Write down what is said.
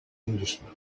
englishman